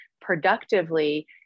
productively